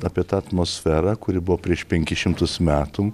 apie tą atmosferą kuri buvo prieš penkis šimtus metų